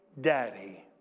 daddy